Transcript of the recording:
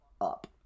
up